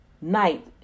night